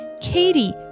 Katie